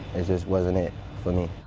and this was it it for me.